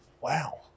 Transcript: wow